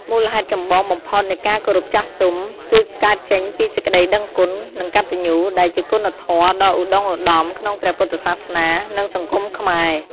មូលហេតុចម្បងបំផុតនៃការគោរពចាស់ទុំគឺកើតចេញពីសេចក្តីដឹងគុណ និងកតញ្ញូ ដែលជាគុណធម៌ដ៏ឧត្តុង្គឧត្តមក្នុងព្រះពុទ្ធសាសនា និងសង្គមខ្មែរ។